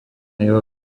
jeho